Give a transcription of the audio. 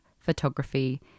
Photography